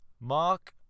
Mark